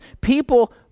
people